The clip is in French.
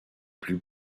plus